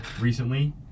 recently